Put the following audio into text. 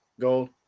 Gold